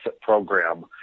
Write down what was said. program